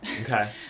Okay